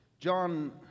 John